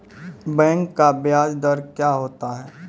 Bank का ब्याज दर क्या होता हैं?